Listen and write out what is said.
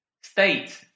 state